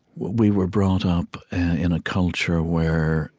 we were brought up in a culture where,